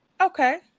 Okay